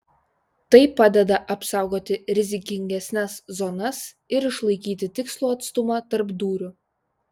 tai padeda apsaugoti rizikingesnes zonas ir išlaikyti tikslų atstumą tarp dūrių